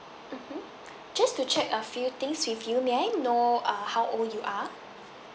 mmhmm just to check a few things with you may I know uh how old you are